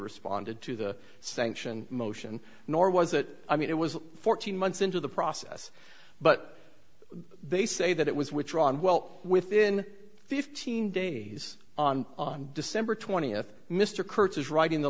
responded to the sanction motion nor was that i mean it was fourteen months into the process but they say that it was withdrawn well within fifteen days on december twentieth mr kurtz is writing